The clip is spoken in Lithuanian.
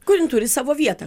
kur jin turi savo vietą